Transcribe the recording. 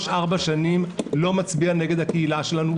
ארבע שנים לא מצביע נגד הקהילה שלנו,